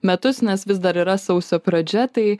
metus nes vis dar yra sausio pradžia tai